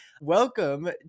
Welcome